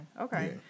Okay